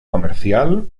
comercial